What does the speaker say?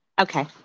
Okay